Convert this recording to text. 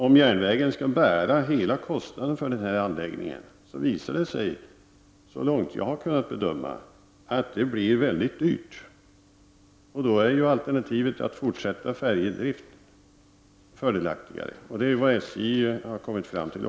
Om järnvägen skall bära hela kostnaden för denna anläggning kommer det, så långt jag har kunnat bedöma, att bli mycket dyrt. Då är alternativet att fortsätta färjedrift fördelaktigare, Detta är också vad SJ har kommit fram till.